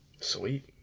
Sweet